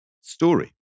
story